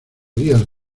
días